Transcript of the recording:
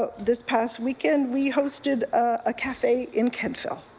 but this past weekend, we hosted a cafe in kemptville.